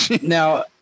Now